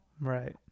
Right